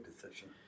decision